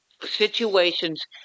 situations